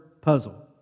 puzzle